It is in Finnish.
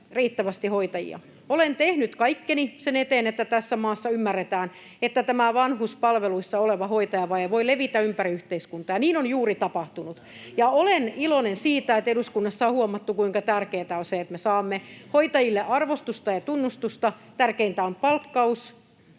riittävästi hoitajia. Olen tehnyt kaikkeni sen eteen, että tässä maassa ymmärretään, että tämä vanhuspalveluissa oleva hoitajavaje voi levitä ympäri yhteiskuntaa, ja niin on juuri tapahtunut. [Petteri Orpo: No sitähän on yritetty sanoa jo monta vuotta!] Ja olen iloinen siitä, että eduskunnassa on huomattu, kuinka tärkeää on se, että me saamme hoitajille arvostusta ja tunnustusta. Tärkeintä on palkkaus,